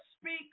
speak